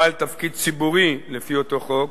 "בעל תפקיד ציבורי" לפי אותו חוק,